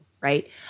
right